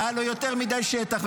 היה לו יותר מדי שטח,